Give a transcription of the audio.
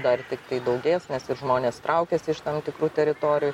dar tiktai daugės nes ir žmonės traukiasi iš tam tikrų teritorijų